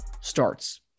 starts